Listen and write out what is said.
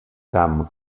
camp